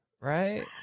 Right